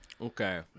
Okay